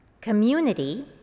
community